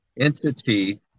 entity